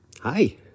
Hi